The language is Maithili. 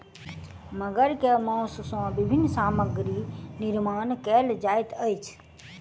मगर के मौस सॅ विभिन्न सामग्री निर्माण कयल जाइत अछि